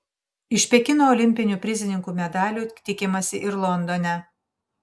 iš pekino olimpinių prizininkų medalių tikimasi ir londone